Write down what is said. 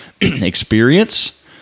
experience